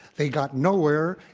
they got nowhere.